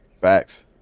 Facts